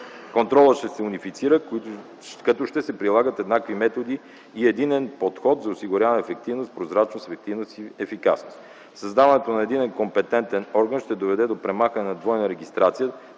Контролът ще се унифицира, като ще се прилагат еднакви методи и единен подход за осигуряване ефективност, прозрачност и ефикасност. Създаването на единен компетентен орган ще доведе до премахване на двойната регистрация,